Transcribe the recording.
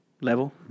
level